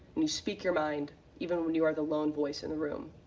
you speak your mind even when you are the lone voice in the room.